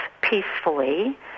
peacefully